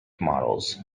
models